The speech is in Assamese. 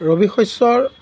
ৰবি শস্যৰ